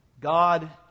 God